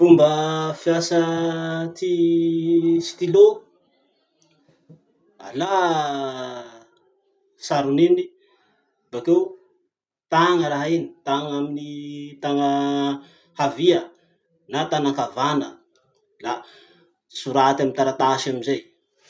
Fomba fiasa ty stylo: alà sarony iny, bakeo tagna raha iny, tagna amin'ny tagna havia, na tanan-kavana, la soraty amy taratasy amizay.